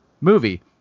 movie